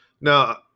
Now